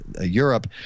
Europe